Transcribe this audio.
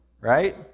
right